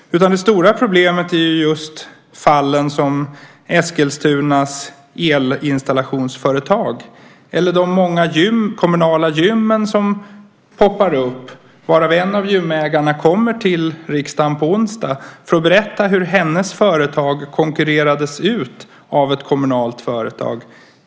Det stora problemet är just fallen som Eskilstunas elinstallationsföretag eller de många kommunala gymmen som poppar upp. En av gymägarna kommer till riksdagen på onsdag för att berätta hur hennes företag konkurrerades ut av ett kommunalt företag.